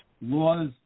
Laws